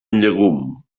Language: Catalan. llegum